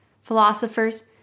philosophers